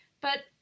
But—